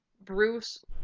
Bruce